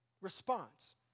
response